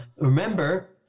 remember